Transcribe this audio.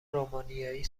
رومانیایی